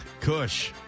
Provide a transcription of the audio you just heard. Kush